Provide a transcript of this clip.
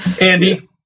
Andy